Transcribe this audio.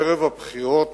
ערב הבחירות